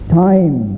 time